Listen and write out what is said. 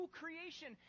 creation